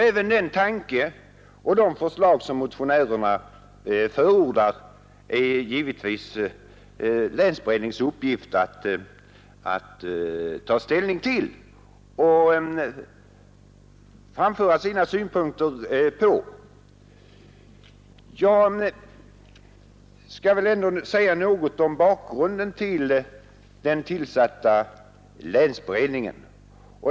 Även den tanke och de förslag som motionärerna förordar är det givetvis länsberedningens uppgift att ta ställning till och framföra sina synpunkter på. Jag skall väl ändå säga något om bakgrunden till den tillsatta länsberedningen.